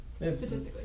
Statistically